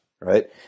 right